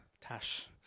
Tash